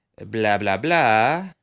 Blah-blah-blah